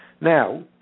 Now